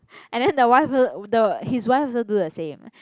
and then the wife also the his wife also do the same